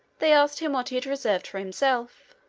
they asked him what he had reserved for himself.